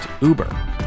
Uber